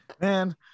Man